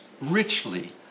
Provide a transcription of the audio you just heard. richly